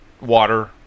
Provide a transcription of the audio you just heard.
water